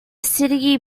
city